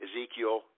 Ezekiel